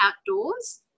outdoors